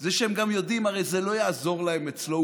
זה שהם גם יודעים: הרי זה לא יעזור להם אצלו.